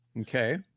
Okay